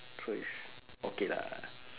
so is okay lah